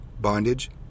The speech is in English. bondage